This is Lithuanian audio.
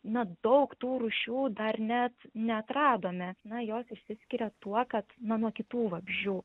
na daug tų rūšių dar net neatradome na jos išsiskiria tuo kad na nuo kitų vabzdžių